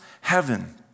heaven